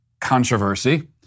controversy